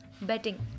betting